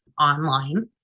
online